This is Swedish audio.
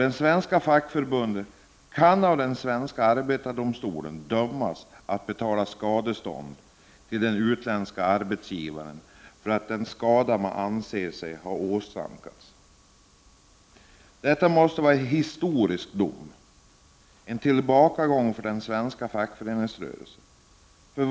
Det svenska fackförbundet kan då av den svenska arbetsdomstolen dömas att betala skadestånd till den utländska arbetsgivaren för den skada denne anses ha åsamkats. Detta måste vara en historisk dom som innebär en tillbakagång för den svenska fackföreningsrörelsen.